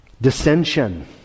Dissension